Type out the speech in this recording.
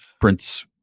prince